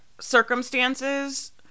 circumstances